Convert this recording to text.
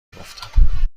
گفتم